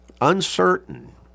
uncertain